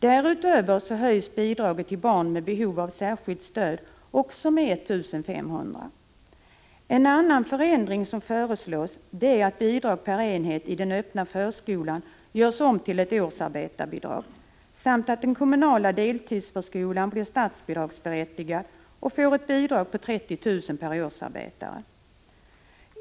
Därutöver höjs också bidraget med 1 500 kr. per år till barn med behov av särskilt stöd. En annan förändring som föreslås är att bidrag per enhet till den öppna förskolan görs om till ett årsarbetarbidrag, samt att den kommunala deltidsförskolan blir statsbidragsberättigad och får ett bidrag på 30 000 kr. per årsarbetare.